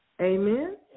Amen